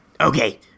Okay